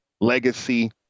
Legacy